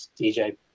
DJ